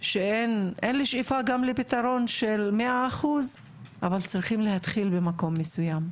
שאין לי שאיפה לפתרון של 100% אבל צריך להתחיל ממקום מסוים.